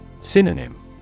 Synonym